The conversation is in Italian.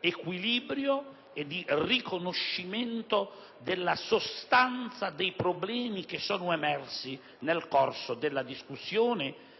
equilibrio e di riconoscimento della sostanza dei problemi emersi nel corso della discussione